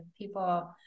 people